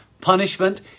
Punishment